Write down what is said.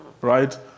right